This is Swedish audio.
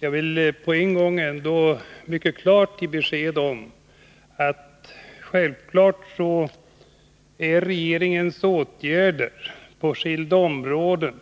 Jag vill ändå på en gång ge mycket klart besked om att regeringens åtgärder på skilda områden självfallet